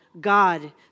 God